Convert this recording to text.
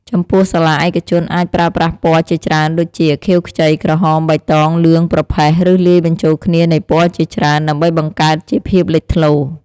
ចំពោះសាលាឯកជនអាចប្រើប្រាស់ពណ៌ជាច្រើនដូចជា ខៀវខ្ចី ក្រហម បៃតង លឿង ប្រផេះ ឬលាយបញ្ចូលគ្នានៃពណ៌ជាច្រើន ដើម្បីបង្កើតជាភាពលេចធ្លោ។